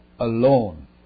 alone